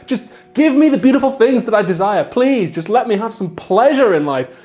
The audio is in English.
just give me the beautiful things that i desire! please! just let me have some pleasure in life!